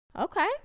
Okay